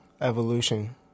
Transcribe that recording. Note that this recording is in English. evolution